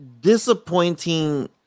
disappointing